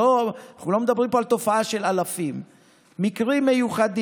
אנחנו לא מדברים פה על תופעה של אלפים אלא על מקרים מיוחדים.